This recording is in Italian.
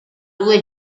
due